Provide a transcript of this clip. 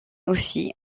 aussi